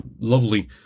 lovely